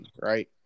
right